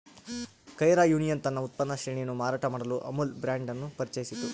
Kaira union ತನ್ನ ಉತ್ಪನ್ನ ಶ್ರೇಣಿಯನ್ನು ಮಾರಾಟ ಮಾಡಲು ಅಮುಲ್ ಬ್ರಾಂಡ್ ಅನ್ನು ಪರಿಚಯಿಸಿತು